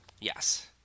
Yes